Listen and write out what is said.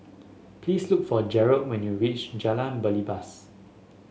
please look for Jerold when you reach Jalan Belibas